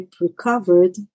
recovered